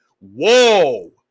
Whoa